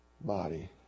body